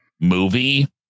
movie